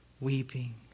Weeping